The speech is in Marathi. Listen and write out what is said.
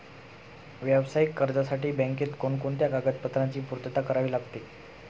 व्यावसायिक कर्जासाठी बँकेत कोणकोणत्या कागदपत्रांची पूर्तता करावी लागते?